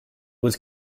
was